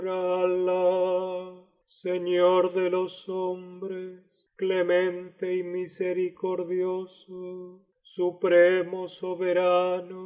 señor de los hombres clemente y misericordioso supremo soberano